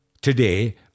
today